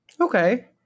Okay